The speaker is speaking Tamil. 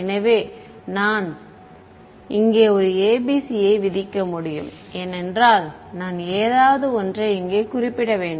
எனவே நான் இங்கே ஒரு ABC யை விதிக்க முடியும் ஏனென்றால் நான் ஏதாவது ஒன்றை இங்கே குறிப்பிட வேண்டும்